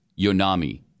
Yonami